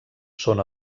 són